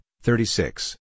thirty-six